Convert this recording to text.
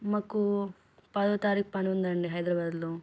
మాకు పదో తారీఖు పనుందండి హైదరాబాద్లో